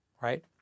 right